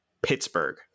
Pittsburgh